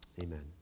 Amen